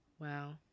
Wow